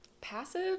passive